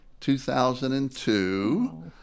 2002